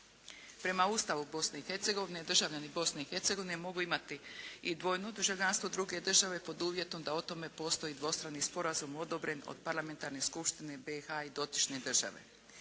Prema Ustavu Bosne i Hercegovine državljani Bosne i Hercegovine mogu imati i dvojno državljanstvo druge države pod uvjetom da o tome postoji dvostrani sporazum odobren od Parlamentarne skupštine BiH i dotične države.